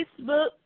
Facebook